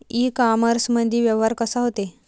इ कामर्समंदी व्यवहार कसा होते?